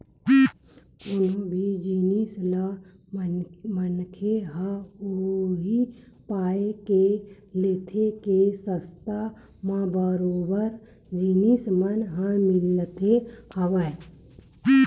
कोनो भी जिनिस ल मनखे ह उही पाय के लेथे के सस्ता म बरोबर जिनिस मन ह मिलत हवय